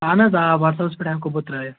اَہن حظ آ وَٹسیپَس پٮ۪ٹھ ہٮ۪کو بہٕ ترٛٲوِتھ